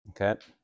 Okay